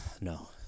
no